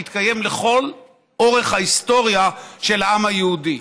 שהתקיים לכל אורך ההיסטוריה של העם היהודי.